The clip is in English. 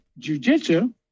jujitsu